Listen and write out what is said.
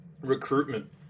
recruitment